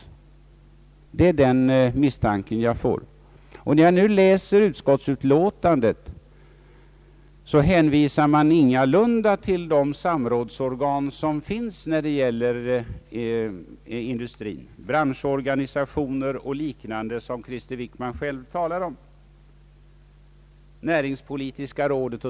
I - utskottsutlåtandet hänvisas ingalunda till de samrådsorgan som finns med industrin: branschorganisationer och liknande, näringspolitiska rådet o.s.v., som Krister Wickman själv talar om.